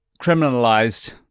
criminalized